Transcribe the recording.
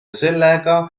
sellega